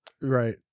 right